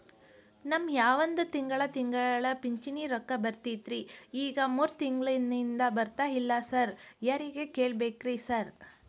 ನಮ್ ಮಾವಂದು ತಿಂಗಳಾ ತಿಂಗಳಾ ಪಿಂಚಿಣಿ ರೊಕ್ಕ ಬರ್ತಿತ್ರಿ ಈಗ ಮೂರ್ ತಿಂಗ್ಳನಿಂದ ಬರ್ತಾ ಇಲ್ಲ ಸಾರ್ ಯಾರಿಗ್ ಕೇಳ್ಬೇಕ್ರಿ ಸಾರ್?